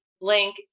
link